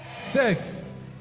Six